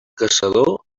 caçador